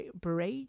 Barrage